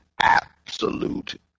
absolute